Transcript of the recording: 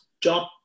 job